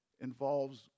involves